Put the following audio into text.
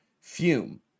Fume